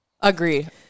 Agreed